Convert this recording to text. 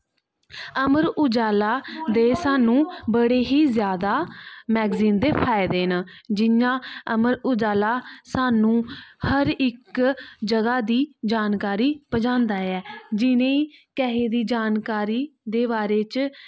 अमर उजाला दे स्हानू बड़े ही जादा मैगज़ीन दे फायदे न जियां अमर उज़ाला स्हानू हर इक जगह दी जानकारी पजांदा ऐ जिनेंगी किसे दी जानकारी दी